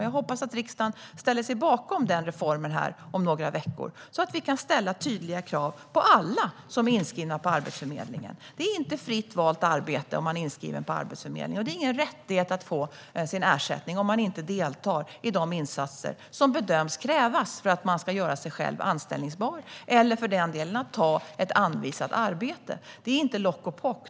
Jag hoppas att riksdagen ställer sig bakom denna reform här om några veckor, så att vi kan ställa tydliga krav på alla som är inskrivna på Arbetsförmedlingen. Det är inte fritt valt arbete som gäller om man är inskriven på Arbetsförmedlingen. Det är ingen rättighet att få ersättning om man inte deltar i de insatser som bedöms krävas för att man ska göra sig själv anställbar eller, för den delen, om man inte tar ett anvisat arbete. Det är inte tal om lock och pock.